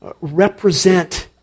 represent